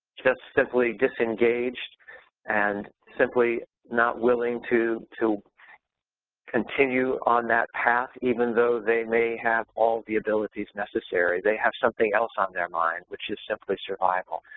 just simply disengaged and simply not willing to to continue on that path even though they may have all the abilities necessary. they have something else on their mind, which is simply survival.